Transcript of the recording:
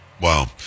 Wow